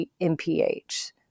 MPH